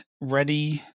ready